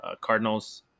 Cardinals